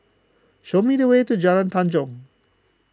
show me the way to Jalan Tanjong